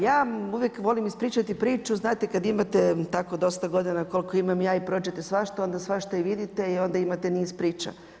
Ja uvijek volim ispričati priču, znate kad imate tako dosta godina koliko imaj ja i prođete svašta, onda i svašta vidite i onda imate niz priča.